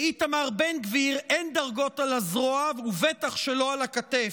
לאיתמר בן גביר אין דרגות על הזרוע ובטח שלא על הכתף.